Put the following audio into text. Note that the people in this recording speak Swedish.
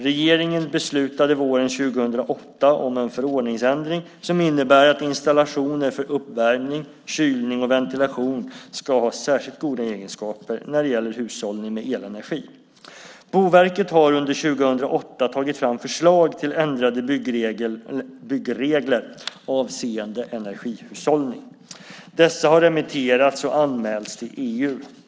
Regeringen beslutade våren 2008 om en förordningsändring som innebär att installationer för uppvärmning, kylning och ventilation ska ha särskilt goda egenskaper när det gäller hushållning med elenergi. Boverket har under 2008 tagit fram förslag till ändrade byggregler avseende energihushållning. Dessa har remitterats och anmälts till EU.